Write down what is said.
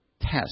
test